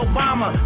Obama